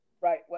Right